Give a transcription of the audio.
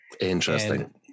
Interesting